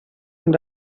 amb